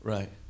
Right